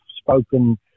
spoken